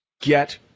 get